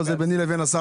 אתם מוכנים להביא לדיון?